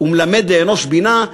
ומלמד לאנוש בינה",